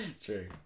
True